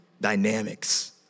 dynamics